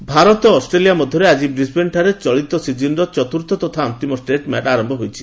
cricket Bharat Australia ମଧ୍ୟରେ ଆଜି ବ୍ରିସ୍ବେନ୍ରେ ଚଳିତ ସିଜିନ୍ର ଚତୁର୍ଥ ତଥା ଅନ୍ତିମ ଟେଷ୍ଟ୍ମ୍ୟାଚ୍ ଆରମ୍ଭ ହୋଇଛି